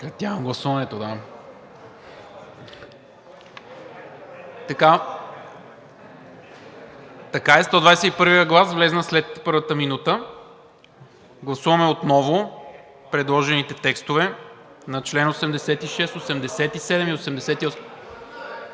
Гласуваме отново предложените текстове на членове 86, 87 и 88